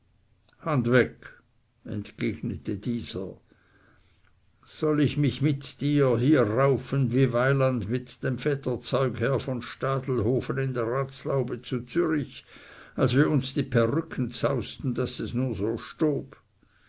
hand weg entgegnete dieser soll ich mich mit dir raufen wie weiland mit dem vetter zeugherr von stadelhofen in der ratslaube zu zürich als wir uns die perücken zausten daß es nur so stob